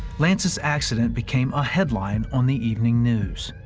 lance's accident became ah headline on the evening news.